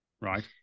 right